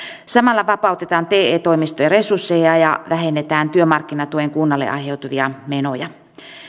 samalla vapautetaan te toimistojen resursseja ja vähennetään työmarkkinatuen kunnalle aiheuttamia menoja